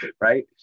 Right